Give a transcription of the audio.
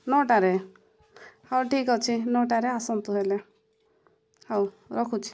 ନଅଟାରେ ହଉ ଠିକ୍ ଅଛି ନଅଟାରେ ଆସନ୍ତୁ ହେଲେ ହଉ ରଖୁଛିି